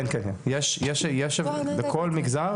כן, כן, יש בכל מגזר